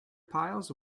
piles